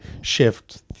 shift